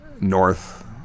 north